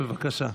בבקשה.